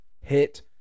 hit